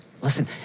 Listen